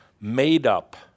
made-up